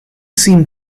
seem